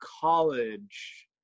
college